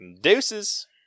Deuces